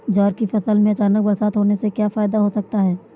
ज्वार की फसल में अचानक बरसात होने से क्या फायदा हो सकता है?